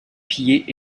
pillées